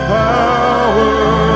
power